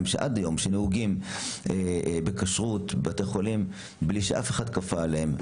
כשרים כאשר עד היום נוהגים בבתי החולים בכשרות בלי שאף אחד כפה עליהם.